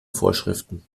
vorschriften